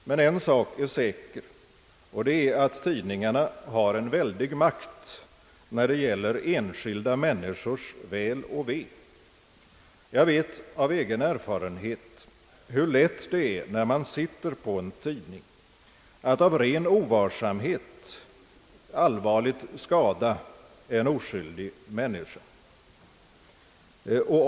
Men en sak är säker och det är att tidningarna har en väldig makt när det gäller enskilda människors väl och ve. Jag vet av egen erfarenhet hur lätt det är när man sitter på en tidning att av ren ovarsamhet allvarligt skada en oskyldig människa.